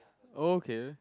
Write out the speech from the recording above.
oh okay uh